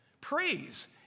Praise